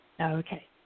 Okay